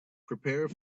prepare